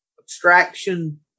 abstraction